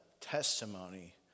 testimony